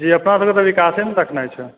अपनसभके तऽ विकासे ने देखनाइ छै